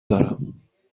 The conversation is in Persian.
دارم